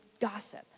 gossip